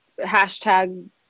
hashtag